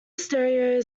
stereo